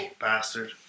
bastard